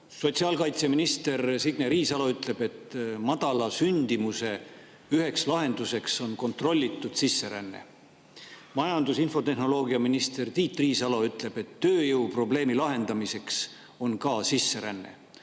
Sotsiaalkaitseminister Signe Riisalo ütleb, et madala sündimuse üks lahendus on kontrollitud sisseränne. Majandus- ja infotehnoloogiaminister Tiit Riisalo ütleb, et ka tööjõuprobleemi lahendus on sisseränne.